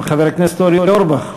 חבר הכנסת אורי אורבך,